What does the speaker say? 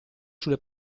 sulle